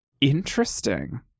Interesting